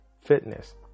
fitness